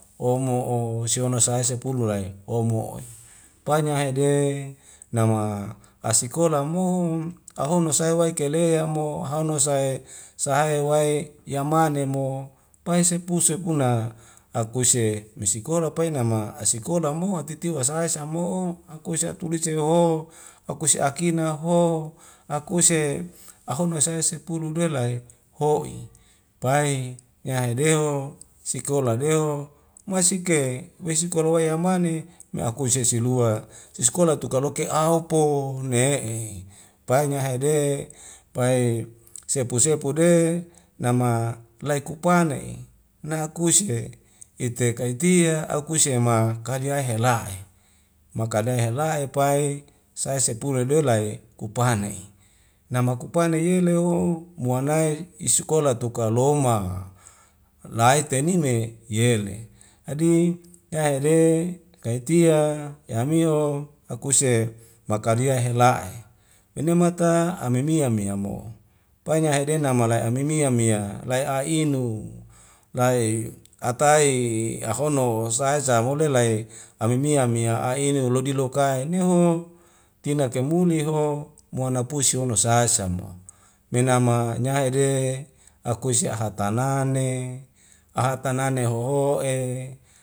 Ongo o sihono sai sepelu lae omo'e pae ne hede nama kasikola mo ahono sae waekelea mo haono sae e sahae wae yamane mo pai sepu sepuna akuse misikola pai nama asikola mo atitiwa sai samo'o akuse tules seho akuse akina ho akuse ahono wa saya sepulu dela e ho'i pai nyahai deho sikola deho maisike wei sikola wae ya mane ma akuse si lua si skola tuka kaloke au po me'e painya ha'ede pae sepu sepu de nama lai kupane'i nae akuse ite kaitia akuse ma kadeya hela'e makadai hela'e pai sae sepu lelue lae kupane'i nama kupane yeu leo muanae iskola tuka loma lae teni me yele adi yahede kaitia yamiho akuse makadia hela'e menia mata ame mia mia mo pai na hade nama lai imia mia lae a inu lae atai ahono sae sa wole lai ami mia mia a'inu lodilokae niuho tina kaimuli ho moana pusi hono sae sa mo'o menama nyaihede akuse ahatanane ahatanane hoho'e